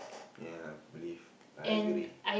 ya I believe I agree